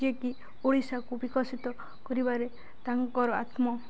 ଯିଏକି ଓଡ଼ିଶାକୁ ବିକଶିତ କରିବାରେ ତାଙ୍କର ଆତ୍ମ